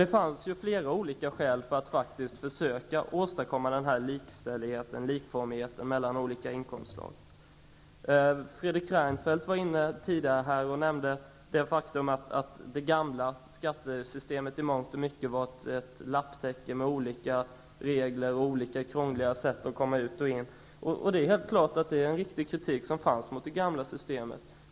Det fanns flera olika skäl till att försöka åstadkomma denna likformighet mellan olika inkomstslag. Fredrik Reinfeldt nämnde under den föregående debatten det faktum att det gamla skattesystemet i mångt och mycket var ett lapptäcke med olika regler och olika krångliga konstruktioner. Det var en riktig kritik mot det gamla systemet.